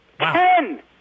Ten